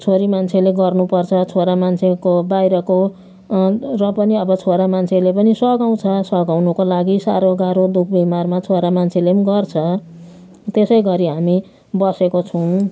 छोरी मान्छेले गर्नुपर्छ छोरा मान्छेको बाहिरको र पनि अब छोरा मान्छेले पनि सघाउँछ सघाउनको लागि साह्रो गाह्रो दुःख बिमारमा मान्छेले पनि गर्छ त्यसै गरी हामी बसेको छौँ